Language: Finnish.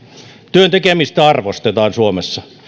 työn tekemistä arvostetaan suomessa